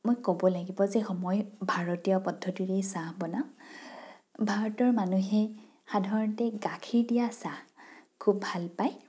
মই ক'ব লাগিব যে মই ভাৰতীয় পদ্ধতিৰেই চাহ বনাওঁ ভাৰতৰ মানুহে সাধাৰণতে গাখীৰ দিয়া চাহ খুব ভাল পায়